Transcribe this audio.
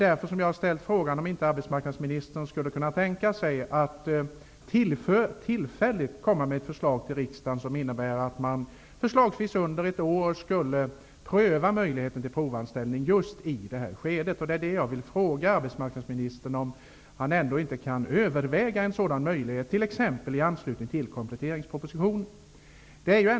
Därför har jag ställt frågan om inte arbetsmarknadsministern skulle kunna tänka sig att tillfälligt komma med ett förslag till riksdagen som innebär att man under exempelvis ett år prövar möjligheten till provanställning just i det här skedet. Jag undrar om inte arbetsmarknadsministern skulle kunna överväga en sådan möjlighet, t.ex. i anslutning till kompletteringspropositionen.